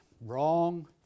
wrong